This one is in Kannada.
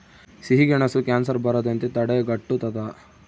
ಸಿಹಿಗೆಣಸು ಕ್ಯಾನ್ಸರ್ ಬರದಂತೆ ತಡೆಗಟ್ಟುತದ